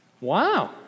Wow